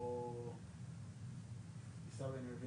הרי האירוח ניתן היום בין כה ובין כה,